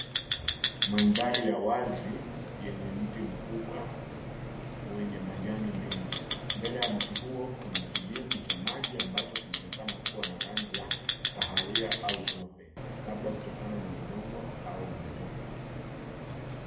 Mandhari ya wazi yenye mti mkubwa wenye majani mengi. Mbele ya mti huo kuna kidimbwi cha maji ambacho kinaonekana kuwa na rangi ya kahawia au tope labda kutokana na udongo au matope.